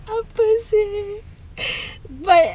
apa seh but